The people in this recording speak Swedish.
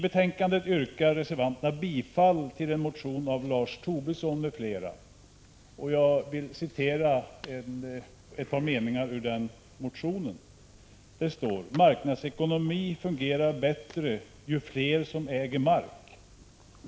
Reservanterna yrkar bifall till en motion av Lars Tobisson m.fl. Jag vill citera ett par meningar ur den motionen: ”Marknadsekonomin fungerar bättre, ju fler som äger mark.